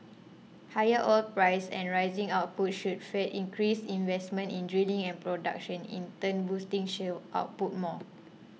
higher oil prices and rising output should feed increased investment in drilling and production in turn boosting shale output more